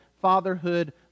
fatherhood